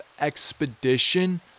expedition